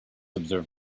observe